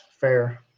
fair